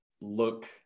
look